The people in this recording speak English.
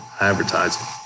advertising